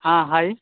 हँ हइ